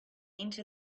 into